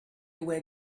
were